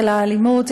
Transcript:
אל האלימות,